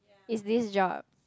it's this job